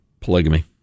polygamy